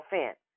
offense